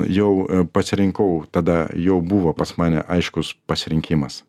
jau pasirinkau tada jau buvo pas mane aiškus pasirinkimas